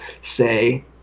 say